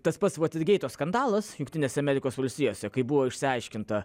tas pats votergeito skandalas jungtinėse amerikos valstijose kai buvo išsiaiškinta